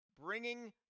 bringing